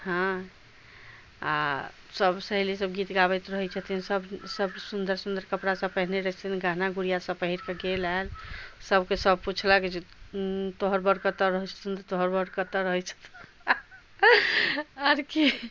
हँ आ सब सहेली सब गीत गाबैत रहै छथिन सब सब सुन्दर सुन्दर कपड़ा सब पहिरने रहै छथिन गहना गुड़िया सब पहिर कऽ गेल आयल सबके सब पुछलक तोहर बऽड़ कतए रहै छथुन तऽ तोहर बऽड़ कतए रहै छथुन आर की